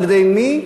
על-ידי מי?